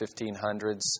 1500s